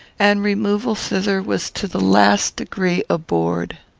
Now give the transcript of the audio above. and removal thither was to the last degree abhorred.